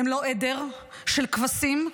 הם לא עדר של כבשים,